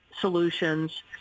solutions